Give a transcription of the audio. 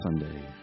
Sunday